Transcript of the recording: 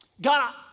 God